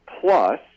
plus